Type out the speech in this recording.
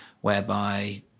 whereby